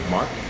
Mark